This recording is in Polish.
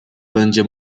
będzie